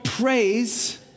Praise